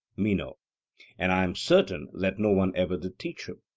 meno and i am certain that no one ever did teach him.